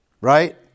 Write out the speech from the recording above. Right